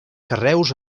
carreus